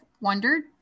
wondered